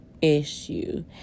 issue